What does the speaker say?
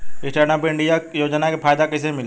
Stand up India योजना के फायदा कैसे मिली?